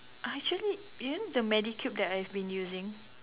I actually you know the Medicube that I've been using